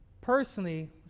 personally